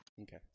Okay